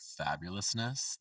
fabulousness